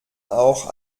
auch